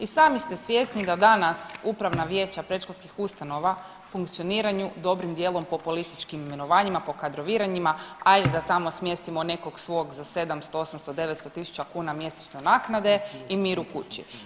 I sami ste svjesni da danas upravna vijeća predškolskih ustanova funkcioniraju dobrim dijelom po političkim imenovanjima, po kadroviranjima hajde da tamo smjestimo nekog svog za 700, 800, 900 tisuća kuna mjesečne naknade i mir u kući.